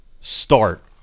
start